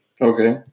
Okay